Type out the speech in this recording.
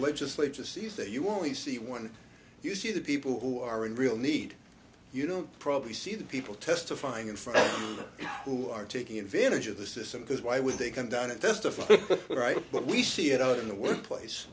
legislature sees that you only see one you see the people who are in real need you don't probably see the people testifying in front of you who are taking advantage of the system because why would they come down and justify what we see you know in the workplace